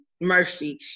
Murphy